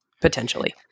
potentially